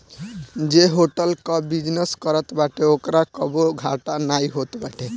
जे होटल कअ बिजनेस करत बाटे ओकरा कबो घाटा नाइ होत बाटे